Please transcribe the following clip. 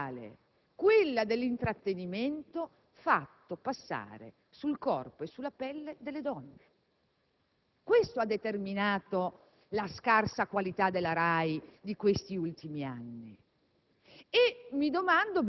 linea culturale: quella dell'intrattenimento fatto passare sul corpo e sulla pelle delle donne. Ciò ha determinato la scarsa qualità della RAI di questi ultimi anni